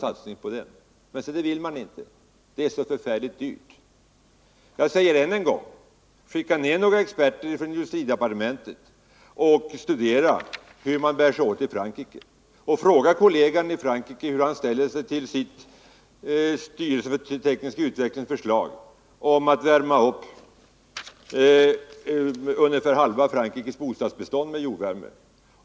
Men se det vill man inte. Det är så förfärligt dyrt. Jag säger än en gång: Skicka ut några experter från industridepartementet som kan studera hur man bär sig åt i Frankrike. 47 Fråga kollegan i Frankrike hur han ställer sig till förslaget från Frankrikes styrelse för teknisk utveckling att värma upp ungefär: halva Frankrikes bostadsbestånd med jordvärme.